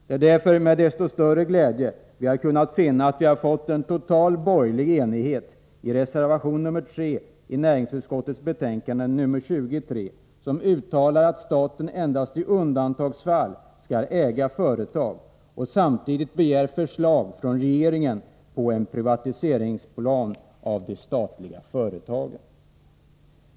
Det är därför med desto större glädje vi har kunnat finna att vi fått en total borgerlig enighet i reservation nr 3 i näringsutskottets betänkande nr 23, där vi uttalar att staten endast i undantagsfall skall äga företag och där vi samtidigt begär förslag från regeringen om en privatiseringsplan för de statliga företagen.